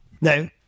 No